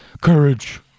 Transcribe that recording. Courage